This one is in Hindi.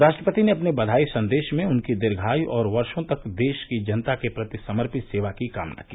राष्ट्रपति ने अपने बधाई संदेश में उनकी दीर्घायु और वर्षो तक देश की जनता के प्रति समर्पित सेवा की कामना की